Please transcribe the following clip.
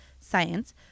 Science